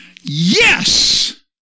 Yes